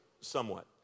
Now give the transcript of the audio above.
somewhat